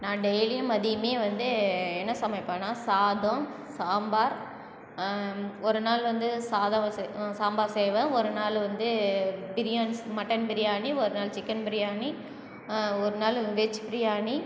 நான் டெய்லியும் மதியமே வந்து என்ன சமைப்பண்ணா சாதம் சாம்பார் ஒரு நாள் வந்து சாதம் சாம்பார் செய்வேன் ஒரு நாள் வந்து பிரியாணி மட்டன் பிரியாணி ஒரு நாள் சிக்கன் பிரியாணி ஒரு நாள் வெஜ் பிரியாணி